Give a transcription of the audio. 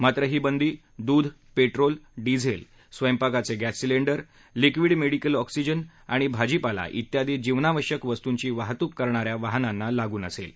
मात्र ही बंदी दूध पेट्रोल डिझेल स्वयंपाकाचे गप्त सिलेंडर लिक्विड मेडीकल ऑक्सीजन आणि भाजीपाला इत्यादी जीवनावश्यक वस्तुंची वाहतूक करणाऱ्या वाहनांना लागू नसेल